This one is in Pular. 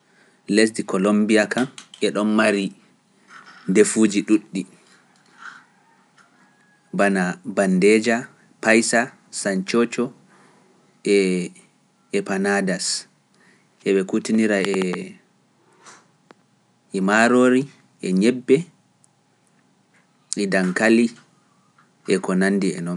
Lesdi Kolombiya ka e ɗon mari defuuji ɗuuɗɗi. Bana Bandeja, Paysa, Sanchocho, e Epanaadas. E ɓe kutinira e maaroori, e ñebbe, e dankali, e ko nandi e noon.